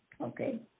Okay